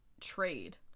trade